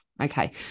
okay